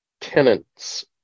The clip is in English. tenants